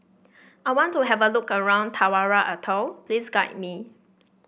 I want to have a look around Tarawa Atoll please guide me